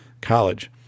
college